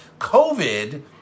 COVID